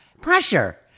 pressure